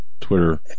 Twitter